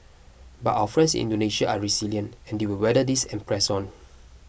but our friends Indonesia are resilient and they will weather this and press on